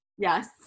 Yes